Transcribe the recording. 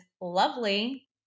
lovely